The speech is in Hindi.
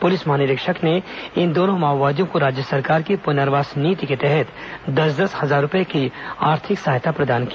पुलिस महानिरीक्षक ने इन दोनों माओवादियों को राज्य सरकार की पुनर्वास नीति के तहत दस दस हजार रूपये की आर्थिक सहायता प्रदान की